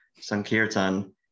sankirtan